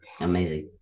amazing